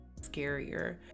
scarier